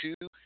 two